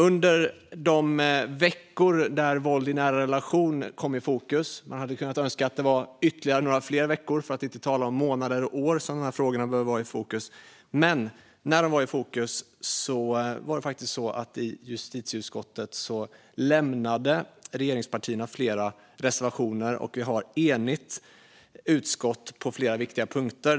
Under de veckor då våld i nära relationer kom i fokus - man hade kunnat önska att dessa frågor var i fokus ytterligare några veckor, för att inte säga månader eller år - var det faktiskt så att regeringspartierna lämnade flera reservationer i justitieutskottet. Vi har ett enigt utskott på flera viktiga punkter.